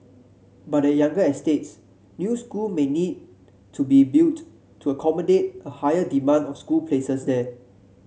but at younger estates new school may need to be built to accommodate a higher demand of school places there